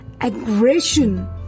aggression